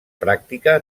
pràctica